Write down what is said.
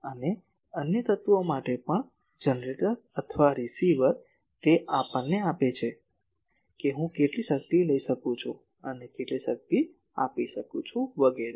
અને અન્ય તત્વો માટે પણ જનરેટર અથવા રીસીવર તે આપણને આપે છે કે હું કેટલી શક્તિ લઈ શકું કેટલી શક્તિ આપી શકું વગેરે